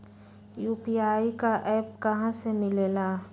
UPI का app कहा से मिलेला?